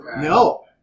no